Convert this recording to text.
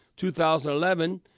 2011